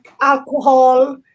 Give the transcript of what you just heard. alcohol